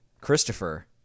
Christopher